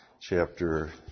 chapter